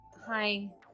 Hi